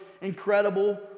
incredible